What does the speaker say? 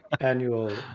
annual